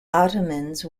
ottomans